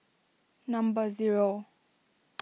number zero